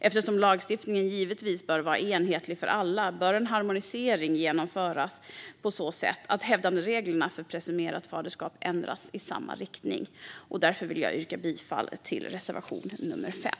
Eftersom lagstiftningen givetvis bör vara enhetlig för alla bör en harmonisering genomföras på så sätt att hävandereglerna för presumerade faderskap ändras i samma riktning. Därför vill jag yrka bifall till reservation nummer 5.